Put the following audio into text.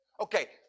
Okay